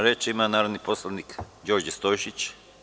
Reč ima narodni poslanik Đorđe Stojšić.